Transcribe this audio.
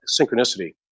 synchronicity